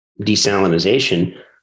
desalinization